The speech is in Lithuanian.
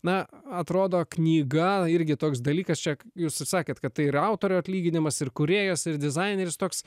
na atrodo knyga irgi toks dalykas čiak jūs atsakėt kad tai yra autorių atlyginimas ir kūrėjas ir dizaineris toks